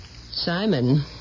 Simon